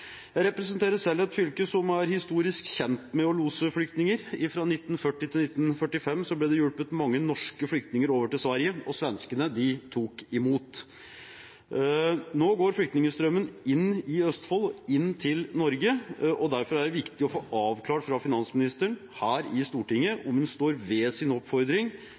Jeg representerer selv et fylke som er historisk kjent for å lose flyktninger. Fra 1940 til 1945 ble det hjulpet mange norske flyktninger over til Sverige, og svenskene tok imot. Nå går flyktningstrømmen inn i Østfold, inn til Norge. Derfor er det viktig å få avklart fra finansministeren her i Stortinget om hun står ved sin oppfordring